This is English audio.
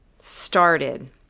started